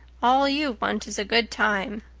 all you want is a good time.